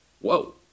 Whoa